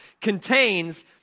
contains